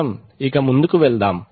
మనం ఇక ముందుకు వెళ్దాం